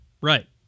Right